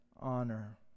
honor